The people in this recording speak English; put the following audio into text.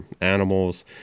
animals